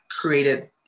created